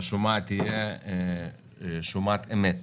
שהשומה תהיה שומת אמת.